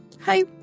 Hi